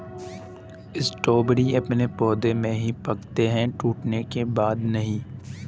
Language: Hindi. स्ट्रॉबेरी अपने पौधे में ही पकते है टूटने के बाद नहीं